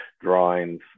drawings